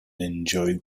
enjoyed